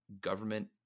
government